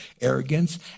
arrogance